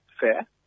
fair